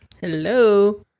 Hello